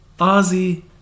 Ozzy